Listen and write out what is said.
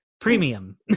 Premium